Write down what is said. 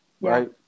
Right